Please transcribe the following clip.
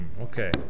Okay